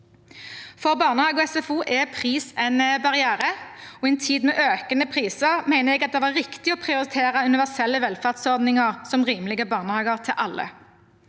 For barnehage og SFO er pris en barriere, og i en tid med økende priser mener jeg at det var riktig å prioritere universelle velferdsordninger, som rimelig barnehage til alle.